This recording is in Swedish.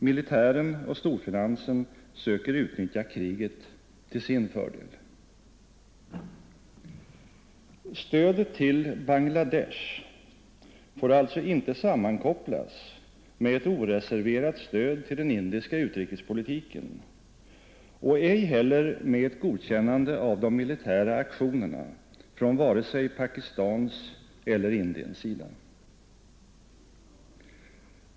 Militären och storfinansen söker utnyttja kriget till sin fördel. Stödet till Bangla Desh får alltså inte sammankopplas med ett oreserverat stöd till den indiska utrikespolitiken och ej heller med ett godkännande av de militära aktionerna från vare sig Pakistans eller Indiens sida.